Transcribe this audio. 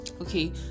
Okay